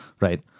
Right